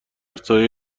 سایه